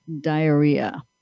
diarrhea